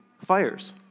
fires